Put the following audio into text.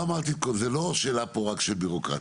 לא שאלה פה רק של ביורוקרטיה.